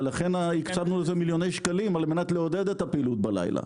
לכן הקצבנו לזה מיליוני שקלים כדי לעודד את הפעילות בלילה,